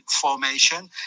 formation